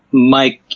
mike,